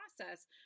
process